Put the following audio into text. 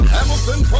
Hamilton